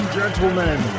gentlemen